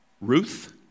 Ruth